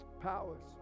Powers